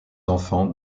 enfants